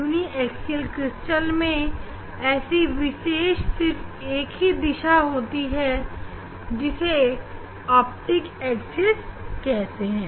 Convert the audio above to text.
यूनीएकसीएल crystal मैं ऐसी विशेष सिर्फ एक ही दिशा होती है जिसे ऑप्टिक एक्सिस कहते हैं